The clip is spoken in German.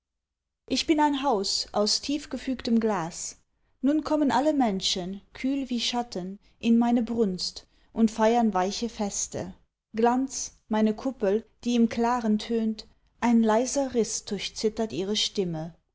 ich bin ein haus aus tief gefügtem glas nun kommen alle menschen kühl wie schatten in meine brunst und feiern weiche feste glanz meine kuppel die im klaren tönt ein leiser riß durchzittert ihre stimme